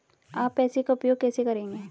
आप पैसे का उपयोग कैसे करेंगे?